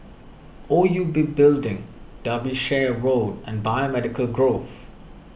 O U B Building Derbyshire Road and Biomedical Grove